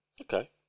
Okay